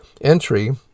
entry